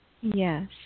Yes